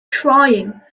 trying